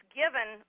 given